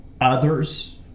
others